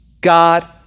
God